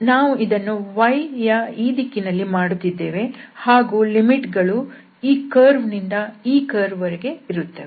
ನಾವು ಇದನ್ನು y ಯ ಈ ದಿಕ್ಕಿನಲ್ಲಿ ಮಾಡುತ್ತಿದ್ದೇವೆ ಹಾಗೂ ಮಿತಿ ಗಳು ಈ ಕರ್ವ್ ನಿಂದ ಈ ಕರ್ವ್ ವರೆಗೆ ಇರುತ್ತವೆ